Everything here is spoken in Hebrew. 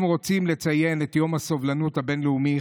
אם רוצים לציין את יום הסובלנות הבין-לאומי,